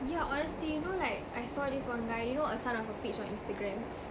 yeah honestly you know like I saw this one guy you know a son of a peach on Instagram